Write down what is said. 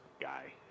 guy